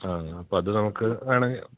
ആ അപ്പം അത് നമുക്ക് വേണമെങ്കിൽ